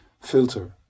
filter